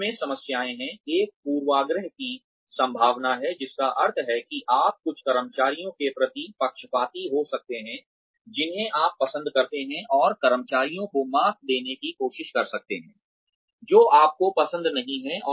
इसमें समस्याएं हैं एक पूर्वाग्रह की संभावना है जिसका अर्थ है कि आप कुछ कर्मचारियों के प्रति पक्षपाती हो सकते हैं जिन्हें आप पसंद करते हैं और कर्मचारियों को मात देने की कोशिश कर सकते हैं जो आपको पसंद नहीं है